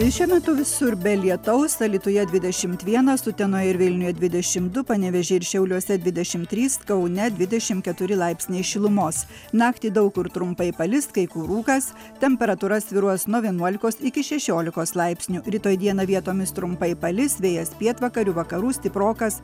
šiuo metu visur be lietaus alytuje dvidešim vienas utenoje ir vilniuje dvidešim du panevėžyje ir šiauliuose dvidešim trys kaune dvidešim keturi laipsniai šilumos naktį daug kur trumpai palis kai kur rūkas temperatūra svyruos nuo vienuolikos iki šešiolikos laipsnių rytoj dieną vietomis trumpai palis vėjas pietvakarių vakarų stiprokas